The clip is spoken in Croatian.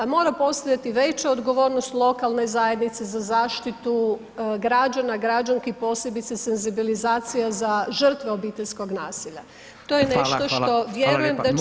Mora postojati veća odgovornost lokalne zajednice za zaštitu građana, građanki posebice senzibilizacija za žrtve obiteljskog nasilja [[Upadica: Hvala, hvala.]] To je nešto što vjerujem da će kroz